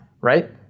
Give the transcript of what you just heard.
right